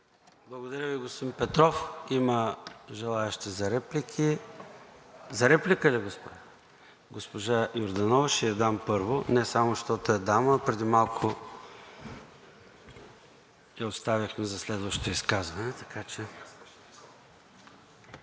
Благодаря Ви, господин Петров. Има желаещи за реплики. За реплика ли, господин Гюров. На госпожа Йорданова ще дам първо не само защото е дама, а преди малко я оставихме за следващо изказване.